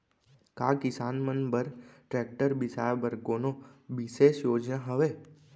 का किसान मन बर ट्रैक्टर बिसाय बर कोनो बिशेष योजना हवे?